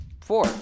Four